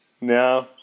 No